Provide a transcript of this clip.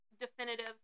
definitive